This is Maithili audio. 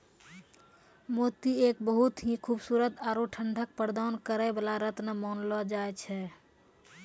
मोती एक बहुत हीं खूबसूरत आरो ठंडक प्रदान करै वाला रत्न मानलो जाय छै